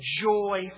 Joy